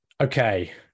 Okay